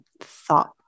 thought